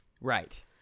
right